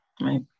right